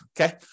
okay